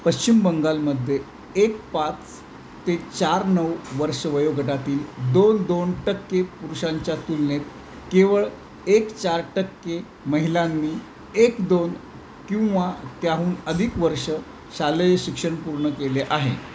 पश्चिम बंगालमध्ये एक पाच ते चार नऊ वर्ष वयोगटातील दोन दोन टक्के पुरुषांच्या तुलनेत केवळ एक चार टक्के महिलांनी एक दोन किंवा त्याहून अधिक वर्ष शालेय शिक्षण पूर्ण केले आहे